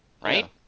Right